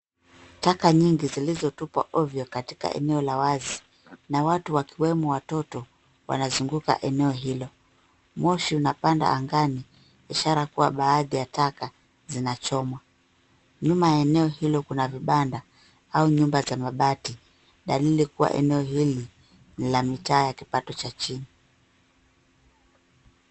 Taka nyingi zilizotupwa ovyo katika eneo la wazi na watu wakiwemo watoto wanazunguka eneo hilo. Moshi unapanda angani ishara kuwa baadhi ya taka zinachomwa. Nyuma ya eneo hilo kuna vibanda au nyumba za mabati, dalili kuwa eneo hili ni la mitaa ya kipato cha chini.